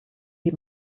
wie